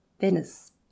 Venice